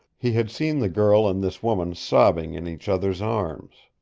he had seen the girl and this woman sobbing in each other's arms.